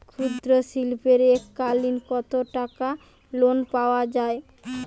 ক্ষুদ্রশিল্পের এককালিন কতটাকা লোন পাওয়া য়ায়?